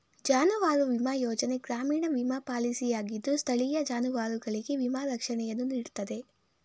ಜಾನುವಾರು ವಿಮಾ ಯೋಜನೆ ಗ್ರಾಮೀಣ ವಿಮಾ ಪಾಲಿಸಿಯಾಗಿದ್ದು ಸ್ಥಳೀಯ ಜಾನುವಾರುಗಳಿಗೆ ವಿಮಾ ರಕ್ಷಣೆಯನ್ನು ನೀಡ್ತದೆ